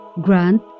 Grant